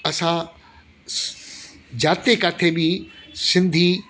असां जिते किते बि सिंधी